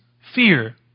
fear